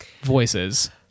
voices